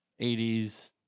80s